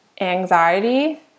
anxiety